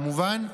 כמובן,